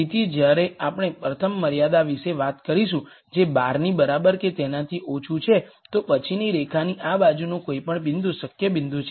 તેથી જ્યારે આપણે પ્રથમ મર્યાદા વિશે વાત કરીશું જે 12 ની બરાબર કે તેનાથી ઓછું છે તો પછી રેખાની આ બાજુનો કોઈપણ બિંદુ શક્ય બિંદુ છે